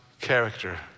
character